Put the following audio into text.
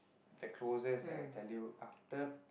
the closest I can tell you after